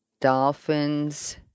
Dolphins